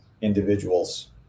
individuals